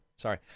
Sorry